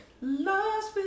Lost